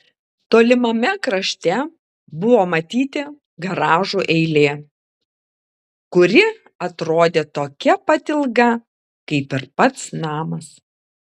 tolimame krašte buvo matyti garažų eilė kuri atrodė tokia pat ilga kaip ir pats namas